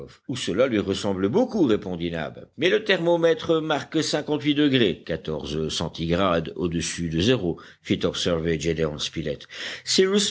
ou cela lui ressemble beaucoup répondit nab mais le thermomètre marque cinquante-huit degrés au-dessus de